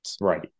Right